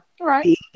Right